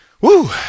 Woo